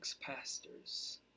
pastors